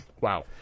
Wow